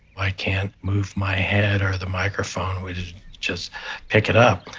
i can't move my head or the microphone will just pick it up.